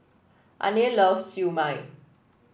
Arne loves Siew Mai